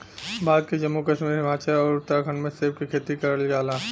भारत के जम्मू कश्मीर, हिमाचल आउर उत्तराखंड में सेब के खेती करल जाला